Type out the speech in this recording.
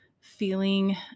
feeling